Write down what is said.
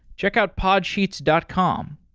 check out podsheets dot com.